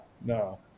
no